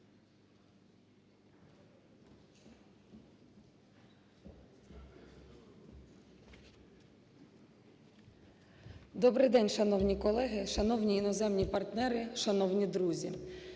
Добрий день, шановні колеги, шановні іноземні партнері, шановні друзі.